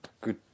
good